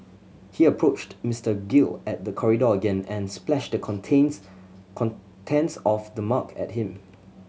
he approached Mister Gill at the corridor again and splashed the contents contents of the mug at him